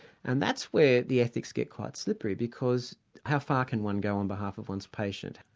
and that's where the ethics get quite slippery, because how far can one go on behalf of one's patient.